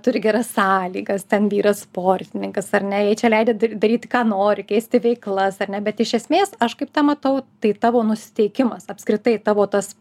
turi geras sąlygas ten vyras sportininkas ar ne jai čia leidžia daryti ką nori keisti veiklas ar ne bet iš esmės aš kaip tą matau tai tavo nusiteikimas apskritai tavo tas